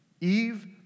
Eve